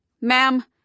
Ma'am